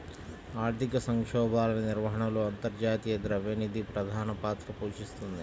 ఆర్థిక సంక్షోభాల నిర్వహణలో అంతర్జాతీయ ద్రవ్య నిధి ప్రధాన పాత్ర పోషిస్తోంది